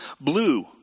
blue